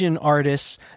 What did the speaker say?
artists